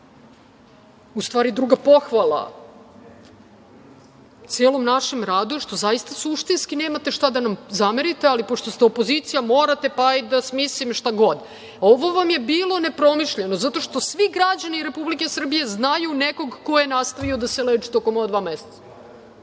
u stvari, druga pohvala celom našem radu je što zaista suštinski nemate šta da nam zamerite, ali pošto ste opozicija, morate, pa hajde da smislim šta god. Ovo vam je bilo nepromišljeno, zato što svi građani Republike Srbije znaju nekog ko je nastavio da se leči tokom ova dva meseca.